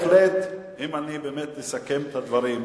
בהחלט, אם אני באמת אסכם את הדברים,